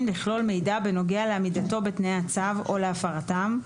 לכלול מידע בנוגע לעמידתו בתנאי הצו או להפרתם,